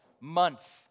month